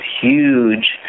huge